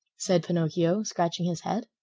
said pinocchio, scratching his head.